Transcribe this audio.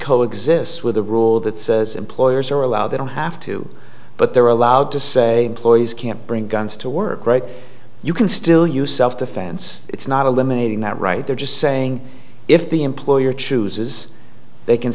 co exist with a rule that says employers are allowed they don't have to but they're allowed to say ploys can't bring guns to work right you can still use self defense it's not a limiting that right they're just saying if the employer chooses they can